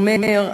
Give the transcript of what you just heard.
אומר,